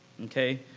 okay